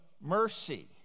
mercy